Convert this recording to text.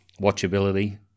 watchability